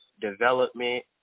development